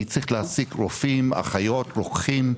אני צריך להעסיק רופאים, אחיות, רוקחים.